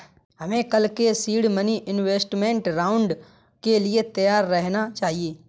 हमें कल के सीड मनी इन्वेस्टमेंट राउंड के लिए तैयार रहना चाहिए